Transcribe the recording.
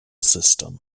system